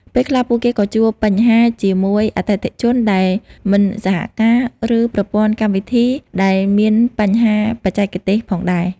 ពេលខ្លះពួកគេក៏ជួបបញ្ហាជាមួយអតិថិជនដែលមិនសហការ ឬប្រព័ន្ធកម្មវិធីដែលមានបញ្ហាបច្ចេកទេសផងដែរ។